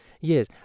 yes